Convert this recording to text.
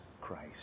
Christ